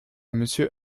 monsieur